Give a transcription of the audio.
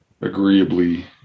agreeably